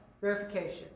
verification